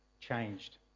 changed